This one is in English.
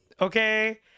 Okay